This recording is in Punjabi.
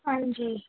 ਹਾਂਜੀ